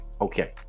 Okay